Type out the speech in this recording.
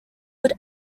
but